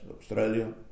Australia